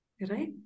right